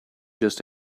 just